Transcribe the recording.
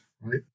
Right